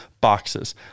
boxes